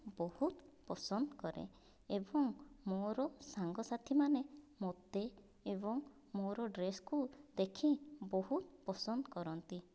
ବହୁତ ପସନ୍ଦ କରେ ଏବଂ ମୋର ସାଙ୍ଗସାଥିମାନେ ମୋତେ ଏବଂ ମୋର ଡ୍ରେସ୍ କୁ ଦେଖି ବହୁତ ପସନ୍ଦ କରନ୍ତି